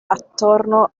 attorno